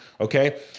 okay